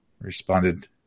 Responded